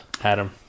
Adam